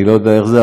אני לא יודע איך זה,